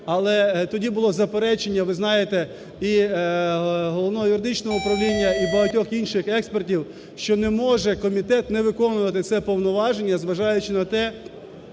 але тоді було заперечення, ви знаєте, і Головного юридичного управління, і багатьох інших експертів, що не може комітет не виконувати це повноваження заважаючи на те,